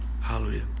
Hallelujah